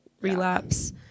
relapse